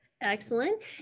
Excellent